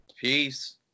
Peace